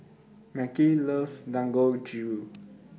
Mekhi loves Dangojiru